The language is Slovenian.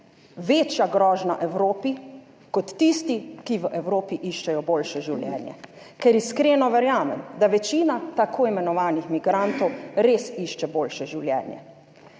večja grožnja Evropi kot tisti, ki v Evropi iščejo boljše življenje, ker iskreno verjamem, da večina t. i. migrantov res išče boljše življenje.